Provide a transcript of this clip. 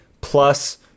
plus